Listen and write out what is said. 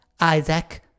Isaac